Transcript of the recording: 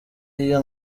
iyo